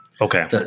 Okay